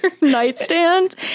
nightstand